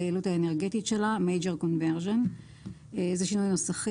היעילות האנרגטית שלה (MAJOR CONVERSTION). שינוי סוג